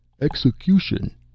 Execution